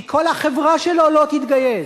כי כל החברה שלו לא תתגייס.